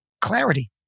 clarity